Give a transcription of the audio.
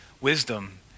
wisdom